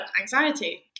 anxiety